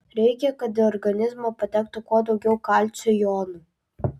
reikia kad į organizmą patektų kuo daugiau kalcio jonų